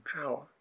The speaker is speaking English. power